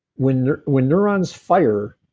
when when neurons fire,